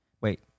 Wait